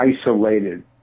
isolated